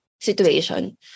situation